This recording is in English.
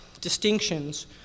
distinctions